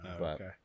okay